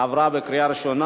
עברה בקריאה ראשונה.